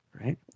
right